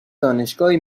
دانشگاهی